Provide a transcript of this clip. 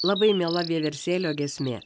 labai miela vieversėlio giesmė